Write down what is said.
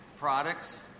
products